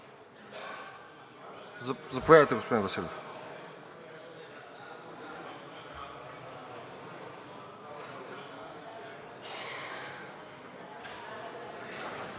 Заповядайте, господин Василев.